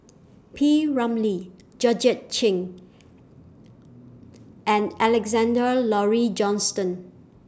P Ramlee Georgette Chen and Alexander Laurie Johnston